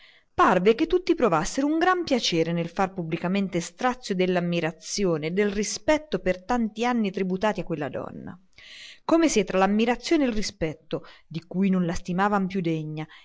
parve che tutti provassero un gran piacere nel far pubblicamente strazio dell'ammirazione del rispetto per tanti anni tributati a quella donna come se tra l'ammirazione e il rispetto di cui non la stimavano più degna